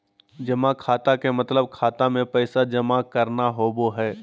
जमा खाता के मतलब खाता मे पैसा जमा करना होवो हय